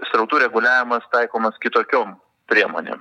srautų reguliavimas taikomas kitokiom priemonėm